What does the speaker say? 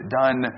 done